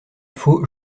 faut